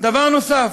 דבר נוסף,